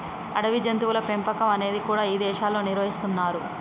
అడవి జంతువుల పెంపకం అనేది కూడా ఇదేశాల్లో నిర్వహిస్తున్నరు